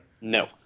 No